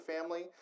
family